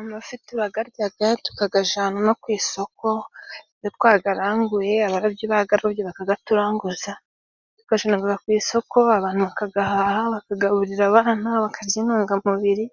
Amafi turagaryaga ,tukagajana no ku isoko iyo twagaranguye abarobyi bagarobye bakagaturanguza, tugajanaga ku isoko abantu bakagahaha bakagaburira abana bakarya intungamubiri